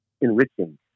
enriching